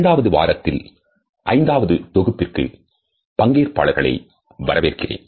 இரண்டாவது வாரத்தில் ஐந்தாவது தொகுப்பிற்கு பங்கேற்பாளர்களை வரவேற்கிறேன்